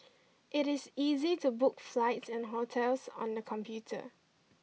it is easy to book flights and hotels on the computer